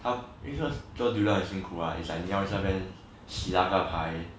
他 because lah 做 dealer 辛苦 lah 你要一直在那边洗那个牌